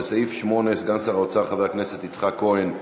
לסעיף 8, סגן שר האוצר חבר הכנסת יצחק כהן,